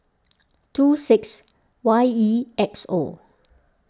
two six Y E X O